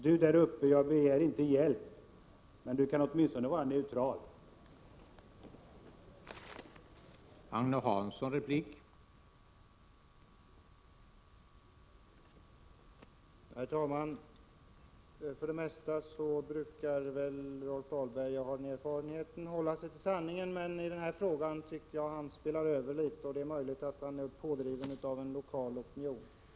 ”Du däruppe, jag begär inte hjälp, men du kan åtminstone vara neutral.” 101